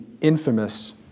infamous